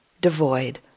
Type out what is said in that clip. devoid